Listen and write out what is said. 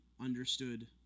understood